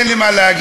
יש לי מה להגיד.